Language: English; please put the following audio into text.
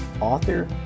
author